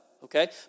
Okay